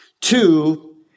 Two